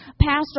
Pastor